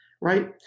right